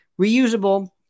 reusable